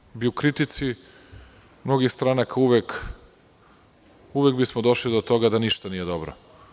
Plašim se da bi u kritici mnogih stranaka uvek bismo došli do toga da ništa nije dobro.